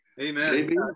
amen